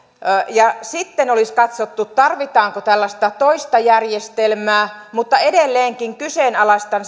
ja sitten olisi katsottu tarvitaanko tällaista toista järjestelmää mutta edelleenkin kyseenalaistan